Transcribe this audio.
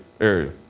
area